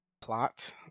plot